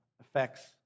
affects